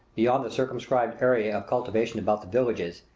beyond the circumscribed area of cultivation about the villages,